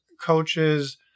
coaches